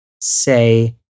say